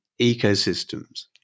ecosystems